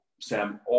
Sam